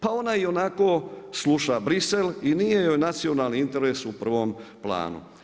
Pa ona ionako sluša Bruxelles i nije joj nacionalni interes u prvom planu.